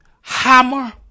hammer